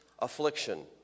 Affliction